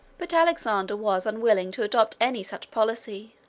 but alexander was unwilling to adopt any such policy.